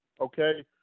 okay